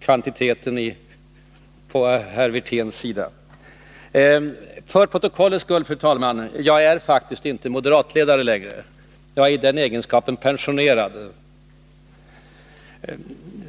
kvantiteten från herr Wirténs sida. För protokollets skull: jag är faktiskt inte moderatledare längre. Jag är pensionerad i den egenskapen.